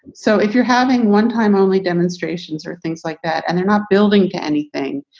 so if you're having one time only demonstrations or things like that and they're not building to anything,